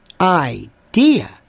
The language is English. idea